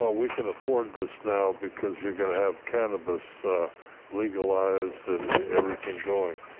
ah we can afford this now because you're gonna have cannabis legalized and everything going.